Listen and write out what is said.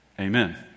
amen